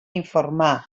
informar